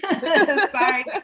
Sorry